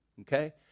Okay